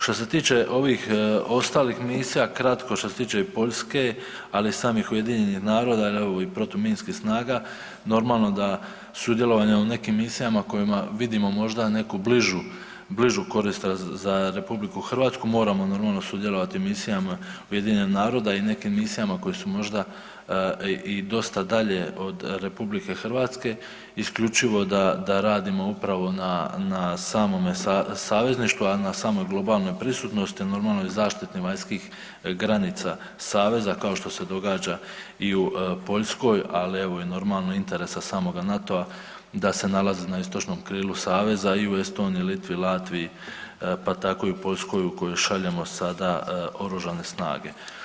Što se tiče ovih ostalih misija, kratko, što se tiče Poljske, ali i samih UN-a jel evo i protuminskih snaga, normalno da sudjelovanje u nekim misijama kojima vidimo možda neku bližu korist za RH moramo sudjelovati u misijama UN-a i nekim misijama koje su možda i dosta dalje od RH, isključivo da radimo na samome savezništvu, a na samoj globalnoj prisutnosti i zaštiti vanjskih granica saveza kao što se događa i u Poljskoj, ali evo i samoga interesa samoga NATO-a da se nalazi na istočnom krizu saveza i u Estoniji, Litvi, Latviji pa tako i u Poljskoj u koju šaljemo sada oružane snage.